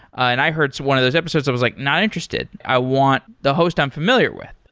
and i heard one of those episodes, i was like not interested. i want the host i'm familiar with.